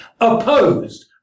opposed